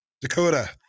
dakota